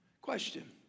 Question